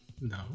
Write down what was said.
No